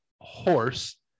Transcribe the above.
horse